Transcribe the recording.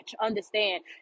understand